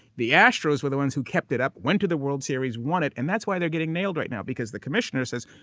the astros were the ones who kept it up, went to the world series, won it, and that's why they're getting nailed right now. because the commissioner says,